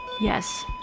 Yes